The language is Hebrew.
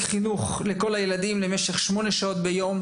חינוך לכל הילדים למשך שמונה שעות ביום,